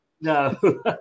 No